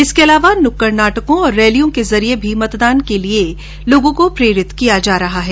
इसके अलावा नुक्कड़ नाटकों और रैलियों के जरिये भी मतदान के लिए प्रेरित किया जा रहा है